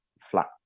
flat